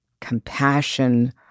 Compassion